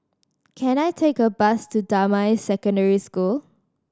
can I take a bus to Damai Secondary School